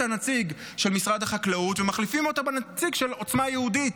הנציג של משרד החקלאות ומחליפים אותו בנציג של עוצמה יהודית,